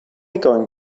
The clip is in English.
going